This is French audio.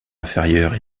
inférieure